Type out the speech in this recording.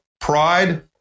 pride